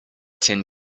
tin